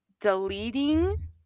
Deleting